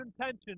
intention